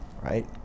right